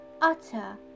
utter